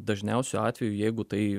dažniausiu atveju jeigu tai